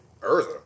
Urza